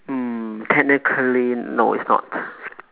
mm technically no it's not